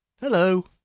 Hello